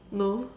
no